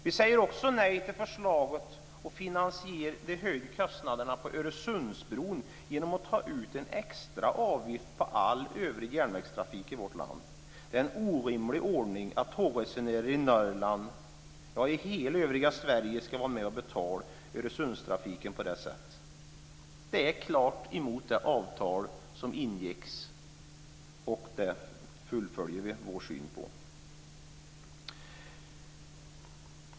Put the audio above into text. Vi säger också nej till förslaget att finansiera de höjda kostnaderna för Öresundsbron genom att ta ut en extra avgift på all övrig järnvägstrafik i vårt land. Det är en orimlig ordning att tågresenärer i Norrland, ja, i hela övriga Sverige ska vara med och betala Öresundstrafiken på detta sätt. Det är klart emot det avtal som ingicks. Vi fullföljer här vårt synsätt.